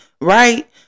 right